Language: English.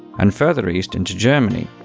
and further east into germany,